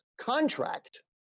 contract